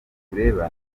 tureba